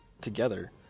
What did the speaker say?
together